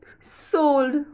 sold